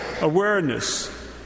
awareness